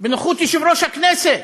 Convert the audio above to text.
בנוכחות יושב-ראש הכנסת.